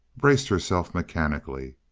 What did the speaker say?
braced herself mechanically.